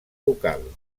local